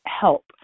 help